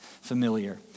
familiar